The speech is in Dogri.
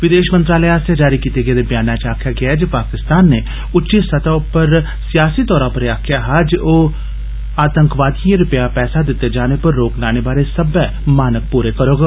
विदेश मंत्रालय आस्सेआ जारी कीते गेदे ब्यान च आक्खेआ गेदा ऐ जे पाकिस्तान नै उच्ची स्तह उप्पर सियासी तौर पर एह् आक्खेआ हा जे ओह् आतंकवादियें गी रपेआ पैहा दित्ते जाने उप्पर रोक लाने बारै सब्मै मानक पूरे करग